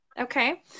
Okay